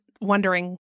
wondering